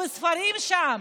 בספרים שם?